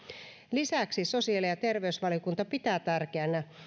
lisäksi sosiaali ja terveysvaliokunta pitää tärkeänä